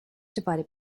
divided